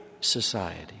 Society